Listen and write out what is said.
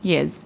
Yes